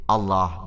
Allah